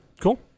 Cool